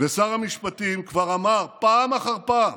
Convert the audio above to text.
ושר המשפטים כבר אמר פעם אחר פעם